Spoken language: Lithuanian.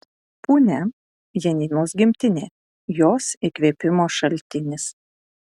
punia janinos gimtinė jos įkvėpimo šaltinis